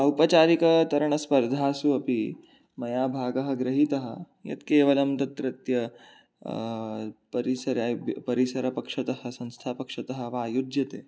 औपचारिकतरणस्पर्धासु अपि मया भागः गृहीतः यत् केवलं तत्रत्य परिसर परिसरपक्षतः संस्थापक्षतः वा आयोज्यते